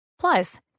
Plus